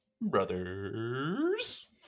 Brothers